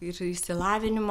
ir išsilavinimo